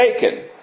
taken